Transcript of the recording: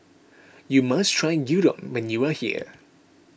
you must try Gyudon when you are here